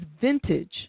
vintage